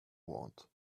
want